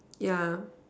yeah